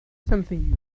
something